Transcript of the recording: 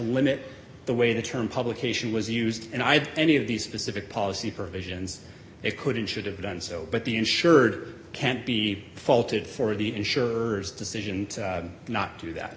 limit the way the term publication was used and i had any of these specific policy provisions they could and should have done so but the insured can't be faulted for the insurers decision not to do that